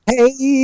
Hey